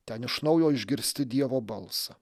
ten iš naujo išgirsti dievo balsą